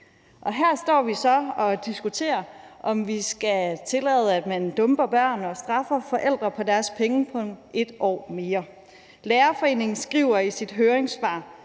Her står vi så og diskuterer, om vi skal tillade, at man dumper børn og straffer forældre på deres pengepung 1 år mere. Lærerforeningen skriver i sit høringssvar,